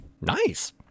nice